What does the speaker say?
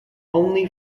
only